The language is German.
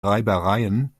reibereien